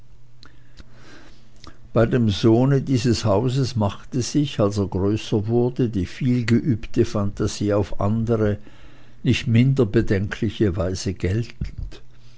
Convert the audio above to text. bei dem sohne dieses hauses machte sich als er größer wurde die vielgeübte phantasie auf andere nicht minder bedenkliche weise geltend